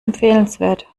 empfehlenswert